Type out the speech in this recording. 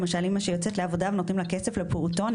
למשל אמא שיוצאת לעבודה ונותנים לה כסף לפעוטון.